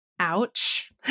ouch